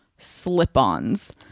slip-ons